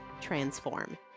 transform